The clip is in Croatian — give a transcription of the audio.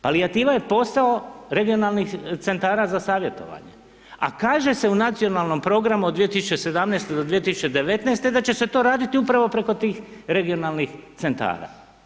Palijativa je posao regionalnih centara za savjetovanje, a kaže se u Nacionalnom programu od 2017. do 2019. da će se to raditi upravo preko tih regionalnih centara.